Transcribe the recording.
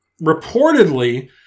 reportedly